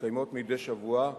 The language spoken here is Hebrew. המתקיימות מדי שבוע,